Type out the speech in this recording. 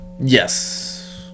Yes